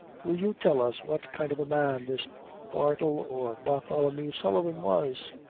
will you tell us what kind of a man this bartle or bartholomew sullivan was?